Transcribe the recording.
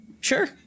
Sure